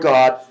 God